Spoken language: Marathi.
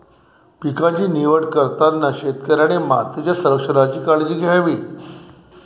पिकांची निवड करताना शेतकऱ्याने मातीच्या संरक्षणाची काळजी घ्यावी